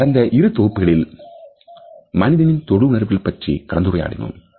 நாம் கடந்த இரு தொகுப்புகளில் மனிதனின் தொடுஉணர்வுகள் பற்றி கலந்துரையாடினோம்